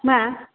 मा